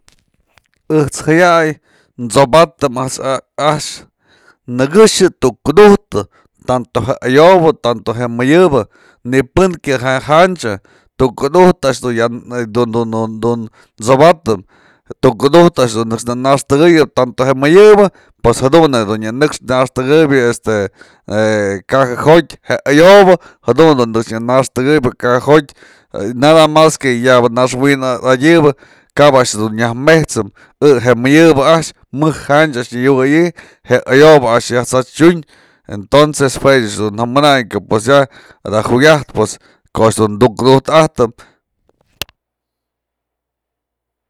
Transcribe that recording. Ejt's ja'ayay t'sobatëm a'ax nëkëxë tukudujtë tanto je ayobë tanto je mëyëbë nypën kya mëj kya janchë, tukudujtë a'ax du ya dun t'sbatëm tukudujtë a'ax dun në naxtëyën tanto je mëyëbë pos jadun je dun nyanëxpë naxtëkëbyë este caja jo'otyë je ayobë jadun du naxtëkëbyë caja jo'otyë nada mas que yaba naxwin adyëbëkap a'ax dun nyajmejsëm, je mëyëbë a'ax mëj janch a'ax nyawëyi je ayobë a'ax t'syatyun entonces jue ech dun ja manayë que pues ya jukyatë ko'o a'ax du tukudujtë ajtëm.